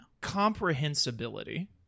Comprehensibility